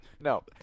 No